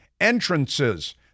entrances